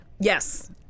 yes